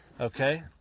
Okay